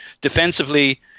defensively